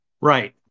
Right